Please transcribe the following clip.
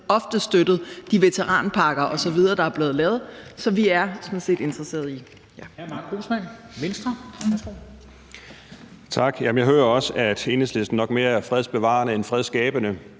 ofte støttet de veteranpakker osv., der er blevet lavet. Så vi er sådan set